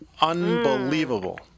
Unbelievable